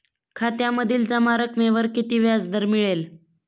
खात्यातील जमा रकमेवर किती व्याजदर मिळेल?